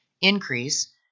increase